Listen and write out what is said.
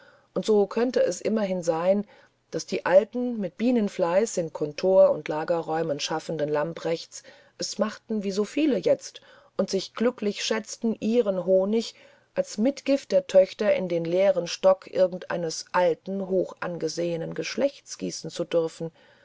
und so könnte es immerhin sein daß die alten mit bienenfleiß in kontor und lagerräumen schaffenden lamprechts es machten wie so viele jetzt und sich glücklich schätzten ihren honig als mitgift der töchter in den leeren stock irgend eines alten hochangesehenen geschlechts gießen zu dürfen